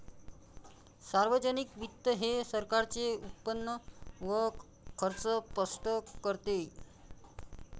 सार्वजनिक वित्त हे सरकारचे उत्पन्न व खर्च स्पष्ट करते